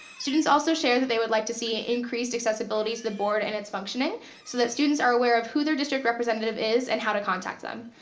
students also share that they would like to see an increased accessibility to the board and its functioning so that students are aware of who their district representative is and how to contact them.